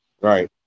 Right